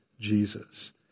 Jesus